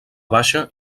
baixa